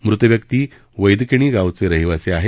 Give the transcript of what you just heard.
मृत व्यक्ती वैदकिणी गावचे रहिवासी आहेत